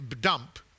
dump